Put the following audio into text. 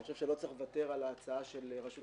אני חושב שלא צריך לוותר על ההצעה של רשות